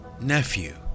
nephew